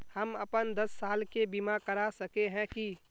हम अपन दस साल के बीमा करा सके है की?